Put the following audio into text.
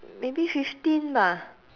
maybe fifteen bah